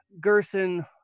Gerson